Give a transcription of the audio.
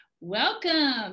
Welcome